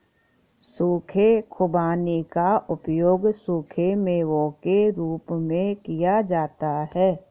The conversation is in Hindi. सूखे खुबानी का उपयोग सूखे मेवों के रूप में किया जाता है